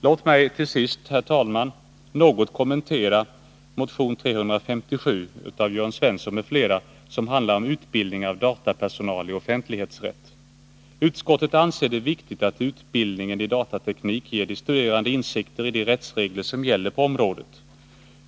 Låt mig, herr talman, något kommentera motion 357 av Jörn Svensson m.fl., som handlar om utbildning av datapersonal i offentlighetsrätt. Utskottet anser det viktigt att utbildningen i datateknik ger de studerande insikter i de rättsregler som gäller på området.